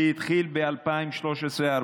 זה התחיל ב-2013 2014,